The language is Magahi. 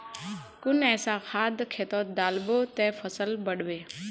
कुन ऐसा खाद खेतोत डालबो ते फसल बढ़बे?